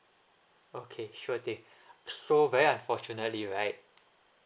okay sure thing so very unfortunately right